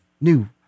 new